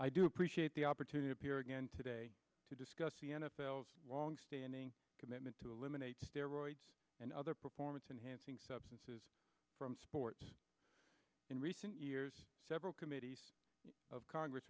i do appreciate the opportunity here again today to discuss the n f l longstanding commitment to eliminate steroids and other performance enhancing substances from sports in recent years several committees of congress